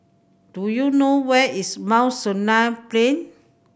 do you know where is Mount Sinai Plain